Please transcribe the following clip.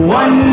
one